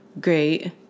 great